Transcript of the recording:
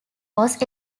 was